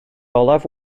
olaf